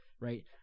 right